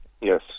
Yes